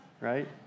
right